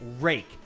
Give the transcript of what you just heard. rake